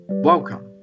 Welcome